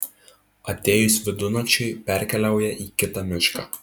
atėjus vidunakčiui perkeliauja į kitą mišką